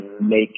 make